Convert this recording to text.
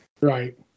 Right